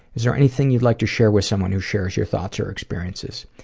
is there anything you'd like to share with someone who shares your thoughts or experiences?